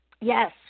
Yes